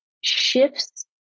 shifts